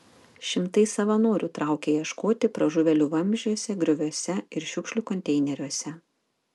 šimtai savanorių traukė ieškoti pražuvėlių vamzdžiuose grioviuose ir šiukšlių konteineriuose